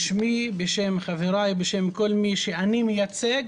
בשמי, בשם חבריי ובשם כל מי שאני מייצג